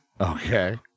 Okay